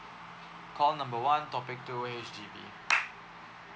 call number one topic two H_D_B